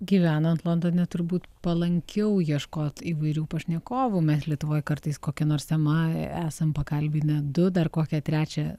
gyvenant londone turbūt palankiau ieškot įvairių pašnekovų mes lietuvoj kartais kokia nors tema esam pakalbinę du dar kokią trečią